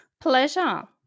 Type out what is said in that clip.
Pleasure